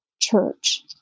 church